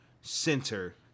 center